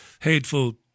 hateful